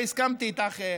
והסכמתי איתך,